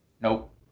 nope